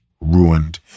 ruined